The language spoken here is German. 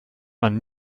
man